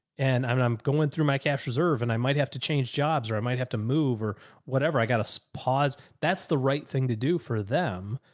and and i'm going through my cash reserve and i might have to change jobs or i might have to move or whatever. i got to pause. that's the right thing to do for them.